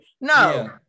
No